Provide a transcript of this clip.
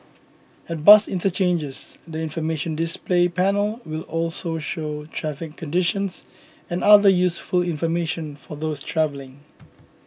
at bus interchanges the information display panel will also show traffic conditions and other useful information for those travelling